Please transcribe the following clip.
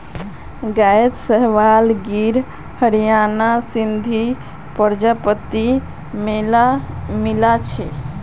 गायत साहीवाल गिर हरियाणा सिंधी प्रजाति मिला छ